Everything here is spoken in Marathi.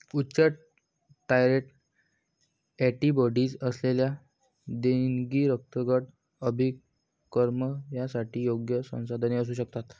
उच्च टायट्रे अँटीबॉडीज असलेली देणगी रक्तगट अभिकर्मकांसाठी योग्य संसाधने असू शकतात